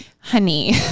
honey